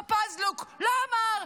טופז לוק לא אמר,